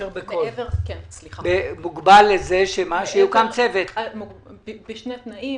בשני תנאים.